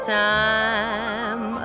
time